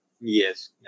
Yes